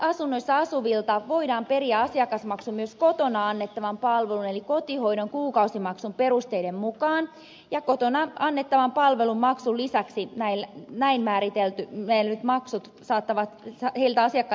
palveluasunnoissa asuvilta voidaan periä asiakasmaksu myös kotona annettavan palvelun eli kotihoidon kuukausimaksun perusteiden mukaan ja kotona annettavan palvelumaksun lisäksi asiakkailta saatetaan näin määritelty neljät maksut saattavat vielä että